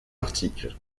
article